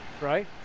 right